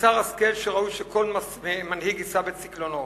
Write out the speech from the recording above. מוסר השכל שראוי שכל מנהיג יישא בצקלונו,